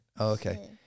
Okay